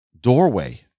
doorway